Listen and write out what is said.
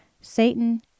Satan